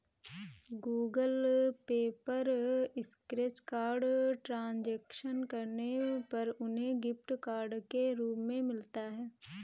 Google Pay पर scratch card transaction करने पर उन्हें गिफ्ट कार्ड के रूप में मिलता है